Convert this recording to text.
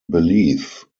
believe